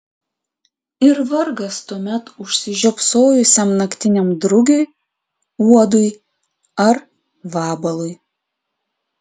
ir vargas tuomet užsižiopsojusiam naktiniam drugiui uodui ar vabalui